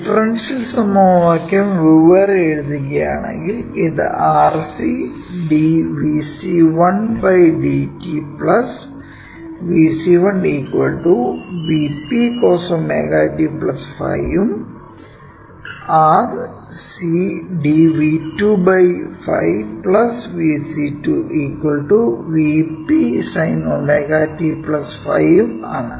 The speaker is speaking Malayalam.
ഡിഫറൻഷ്യൽ സമവാക്യം വെവ്വേറെ എഴുതുകയാണെങ്കിൽ ഇത് R C dVc 1 dt V c1 Vp cos ω t ϕ ഉം R CdVc 2 dt Vc2 V p sin ω t ϕ ഉം ആണ്